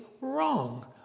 wrong